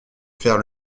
faire